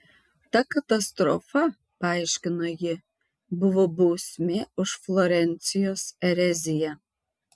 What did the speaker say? ta katastrofa paaiškino ji buvo bausmė už florencijos ereziją